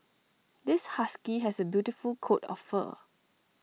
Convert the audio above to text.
this husky has A beautiful coat of fur